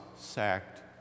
sacked